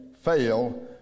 fail